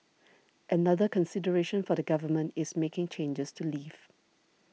another consideration for the Government is making changes to leave